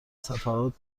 صفحات